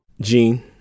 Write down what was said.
Gene